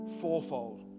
fourfold